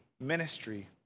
ministry